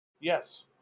Yes